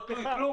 לא תלוי בכלום?